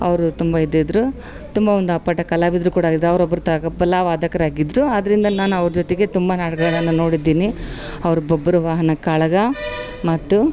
ಅವರು ತುಂಬ ಇದಿದ್ರು ತುಂಬ ಒಂದು ಅಪ್ಪಟ ಕಲಾವಿದರು ಕೂಡ ಇದು ಅವ್ರು ಒಬ್ರು ತಬಲಾ ವಾದಕರಾಗಿದ್ರು ಆದ್ರಿಂದ ನಾನು ಅವ್ರ ಜೊತೆಗೆ ತುಂಬ ನಾಟಕಗಳನ್ನು ನೋಡಿದ್ದೀನಿ ಅವರು ಬಬ್ರುವಾಹನ ಕಾಳಗ ಮತ್ತು